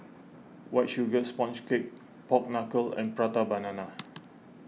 White Sugar Sponge Cake Pork Knuckle and Prata Banana